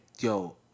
yo